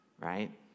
right